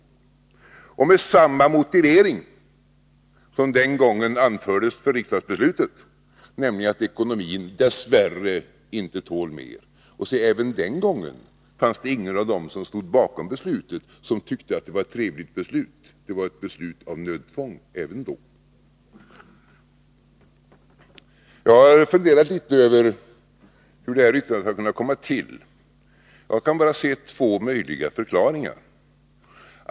Man har också samma motivering som den gången anfördes för riksdagsbeslutet, nämligen att ekonomin dess värre inte tål mer. Och även den gången var det ingen av dem som stod bakom beslutet som tyckte att det var ett trevligt beslut — det var ett beslut av nödtvång, även då. Jag har funderat litet över hur detta särskilda yttrande har kunnat komma till. Jag kan bara se två möjliga förklaringar.